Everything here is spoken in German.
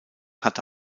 hatte